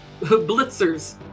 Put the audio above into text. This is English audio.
blitzers